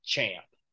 champ